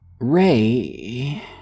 Ray